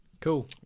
Cool